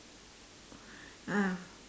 ah